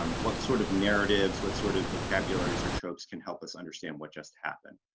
um what sort of narratives, what sort of vocabularies or tropes can help us understand what just happened?